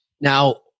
Now